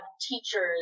teachers